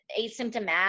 asymptomatic